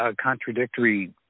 contradictory